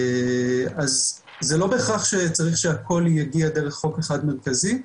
אז זה לא בהכרח שצריך שהכול יגיע דרך חוק אחד מרכזי,